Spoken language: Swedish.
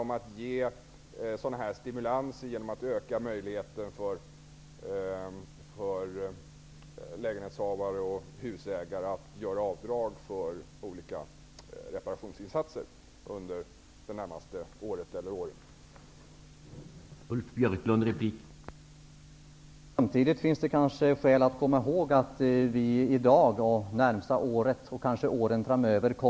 Det handlar då om stimulanser i form av ökade möjligheter för lägenhetsinnehavare och husägare att göra avdrag för olika reparationsinsatser under det närmaste året eller de närmaste åren.